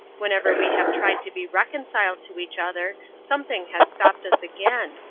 whenever we have tried to be reconciled to each other, something has stopped us again.